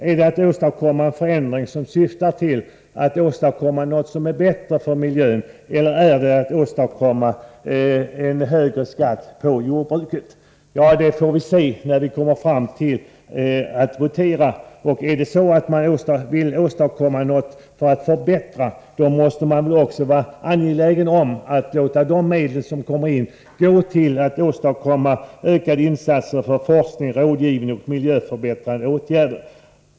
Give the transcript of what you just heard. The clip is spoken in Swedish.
Är det att åstadkomma en förändring som blir till det bättre för miljön eller är det att åstadkomma en högre skatt på jordbruket? Det får vi se när vi kommer till voteringen. Vill man åstadkomma någon förbättring måste man också vara angelägen om att låta de medel som kommer in gå till ökade insatser för forskning, rådgivning och miljöförbättrande åtgärder.